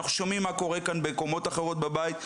אנחנו שומעים מה קורה כאן בקומות אחרות בבית,